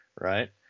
Right